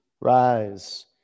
rise